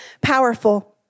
powerful